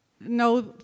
No